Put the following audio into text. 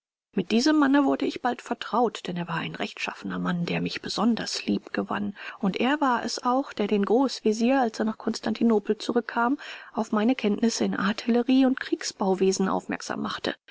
mit diesem manne wurde ich bald vertraut denn er war ein rechtschaffener mann der mich besonders lieb gewann und er war es auch der den großvezier als er nach konstantinopel zurückkam auf meine kenntnisse im artillerie und kriegsbauwesen aufmerksam machte